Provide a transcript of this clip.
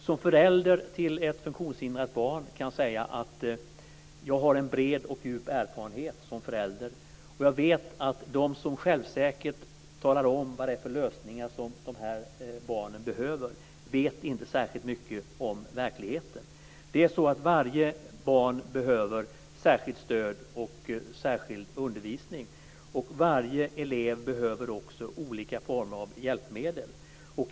Som förälder till ett funktionshindrat barn kan jag säga att jag har en bred och djup erfarenhet. De som självsäkert talar om vad det är för lösningar som de här barnen behöver vet inte särskilt mycket om verkligheten. Varje barn behöver nämligen särskilt stöd och särskild undervisning. Varje elev behöver också olika former av hjälpmedel.